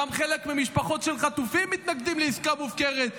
גם חלק ממשפחות של חטופים מתנגדות לעסקה מופקרת,